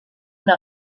una